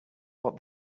what